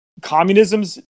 communism's